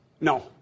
No